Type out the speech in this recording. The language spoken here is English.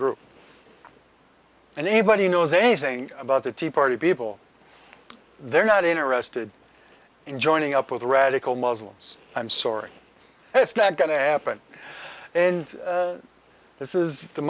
group and anybody knows anything about the tea party people they're not interested in joining up with radical muslims i'm sorry it's not going to happen and this is the